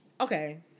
Okay